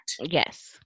Yes